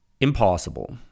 impossible